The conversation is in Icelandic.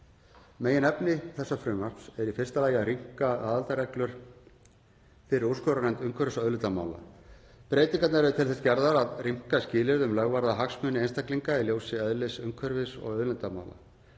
Meginefni þessa frumvarps er í fyrsta lagi að rýmka aðildarreglur fyrir úrskurðarnefnd umhverfis- og auðlindamála. Breytingarnar eru til þess gerðar að rýmka skilyrði um lögvarða hagsmuni einstaklinga í ljósi eðlis umhverfis- og auðlindamála.